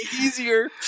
easier